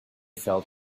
fell